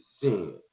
sin